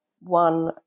one